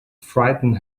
frighten